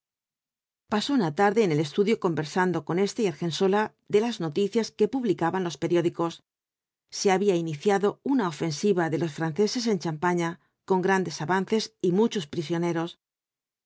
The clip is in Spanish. pasó una tarde en el estudio conversando con éste y argensola de las noticias que publicaban los periódicos se había iniciado una ofensiva de los franceses en champaña con grandes avances y muchos prisioneros